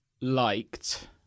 liked